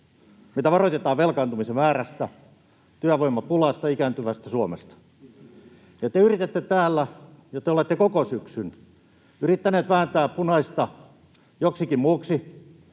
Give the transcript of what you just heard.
Meitä varoitetaan velkaantumisen määrästä, työvoimapulasta ja ikääntyvästä Suomesta, ja te yritätte täällä ja olette koko syksyn yrittäneet vääntää punaista joksikin muuksi.